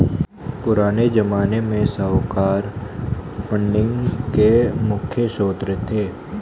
पुराने ज़माने में साहूकार फंडिंग के मुख्य श्रोत थे